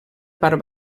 part